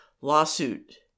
lawsuit